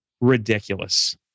ridiculous